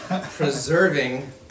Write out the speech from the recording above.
preserving